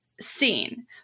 seen